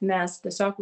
nes tiesiog